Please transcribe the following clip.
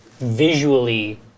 visually